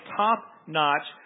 top-notch